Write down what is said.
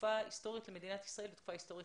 תקופה היסטורית למדינת ישראל ותקופה היסטורית